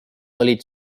olid